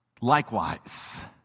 likewise